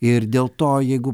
ir dėl to jeigu